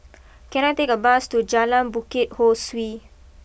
can I take a bus to Jalan Bukit Ho Swee